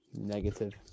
Negative